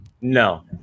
No